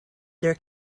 their